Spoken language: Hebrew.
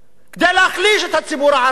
כדי להחליש את הציבור הערבי,